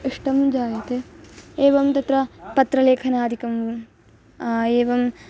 इष्टं जायते एवं तत्र पत्रलेखनादिकम् एवम्